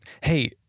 Hey